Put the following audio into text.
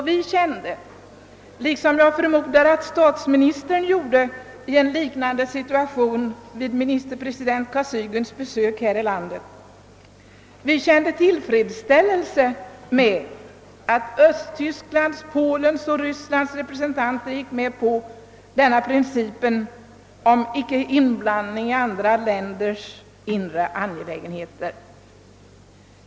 Vi kände då — liksom jag förmodar att statsministern gjorde i en liknande situation vid ministerpresident Kosygins besök här i landet — stor tillfredsställelse med att Östtysklands, Polens och Sovjets representanter accepterat principen om icke-inblandning i andra länders inre angelägenheter.